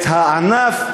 את הענף,